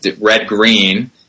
red-green